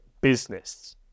business